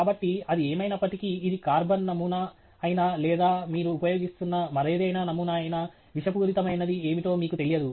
కాబట్టి అది ఏమైనప్పటికీ ఇది కార్బన్ నమూనా అయినా లేదా మీరు ఉపయోగిస్తున్న మరేదైనా నమూనా అయినా విషపూరితమైనది ఏమిటో మీకు తెలియదు